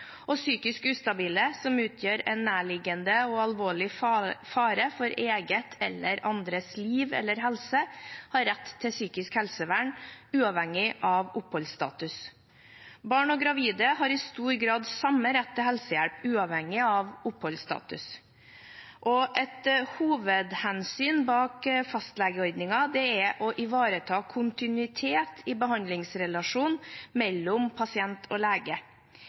og psykisk ustabile som utgjør en nærliggende og alvorlig fare for eget eller andres liv eller helse, har rett til psykisk helsevern, uavhengig av oppholdsstatus. Barn og gravide har i stor grad samme rett til helsehjelp, uavhengig av oppholdsstatus. Et hovedhensyn bak fastlegeordningen er å ivareta kontinuitet i behandlingsrelasjonen mellom pasienten og